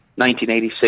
1986